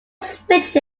switch